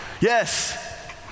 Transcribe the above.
Yes